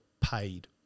paid